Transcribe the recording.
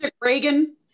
Reagan